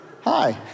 Hi